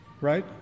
Right